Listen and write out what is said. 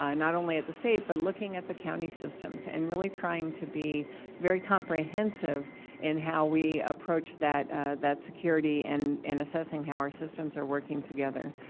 um not only at the state but looking at the county systems, and really trying to be very comprehensive in how we approach that that security and assessing how our systems are working together.